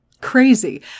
Crazy